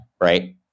right